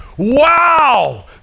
Wow